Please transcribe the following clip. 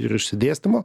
ir išsidėstymo